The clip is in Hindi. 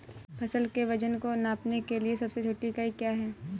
फसल के वजन को नापने के लिए सबसे छोटी इकाई क्या है?